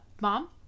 mom